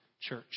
church